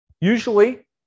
Usually